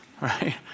Right